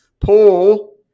Paul